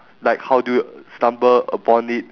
like how do you stumble upon it